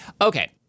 Okay